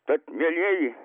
tad mielieji